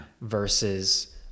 versus